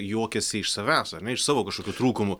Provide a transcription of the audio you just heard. juokiasi iš savęs ar ne iš savo kažkokių trūkumų